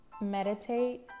Meditate